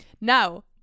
now